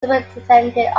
superintendent